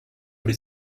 być